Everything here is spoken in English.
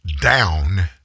down